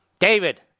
David